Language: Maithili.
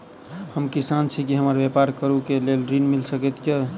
हम किसान छी की हमरा ब्यपार करऽ केँ लेल ऋण मिल सकैत ये?